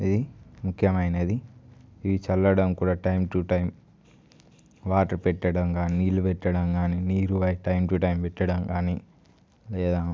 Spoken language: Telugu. ఇది ముఖ్యమైనది ఈ చల్లడం కూడా టైం టు టైం వాటర్ పెట్టడం కాని నీళ్ళు పెట్టడం కాని నీరు టైం టు టైం పెట్టడం కానీ లేదా